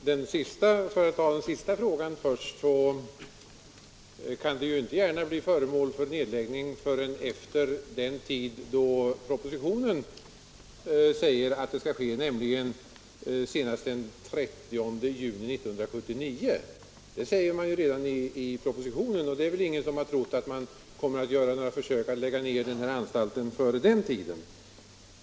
Herr talman! För att ta den sista frågan först, kan anstalten inte gärna läggas ned förrän vid den tidpunkt som anges i propositionen, nämligen senast den 30 juni 1979. Det är väl ingen som har trott att man kommer att göra några försök att lägga ned anstalten före den tiden.